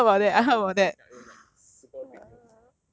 you heard 听到 orh ya it was like super big news